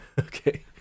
okay